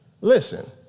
Listen